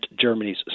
Germany's